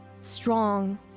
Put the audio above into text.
strong